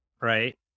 right